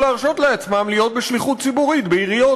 להרשות לעצמם להיות בשליחות ציבורית בעיריות,